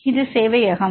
இது சேவையகம்